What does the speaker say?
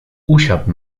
usiadł